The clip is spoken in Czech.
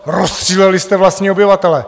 Rozstříleli jste vlastní obyvatele!